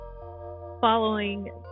following